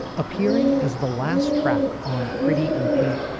appearing as the last track on pretty in pink.